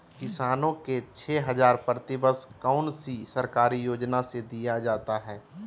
किसानों को छे हज़ार प्रति वर्ष कौन सी सरकारी योजना से दिया जाता है?